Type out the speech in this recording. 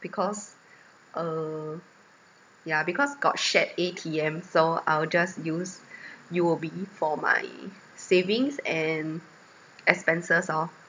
because uh yeah because got shared A_T_M so I'll just use U_O_B for my savings and expenses oh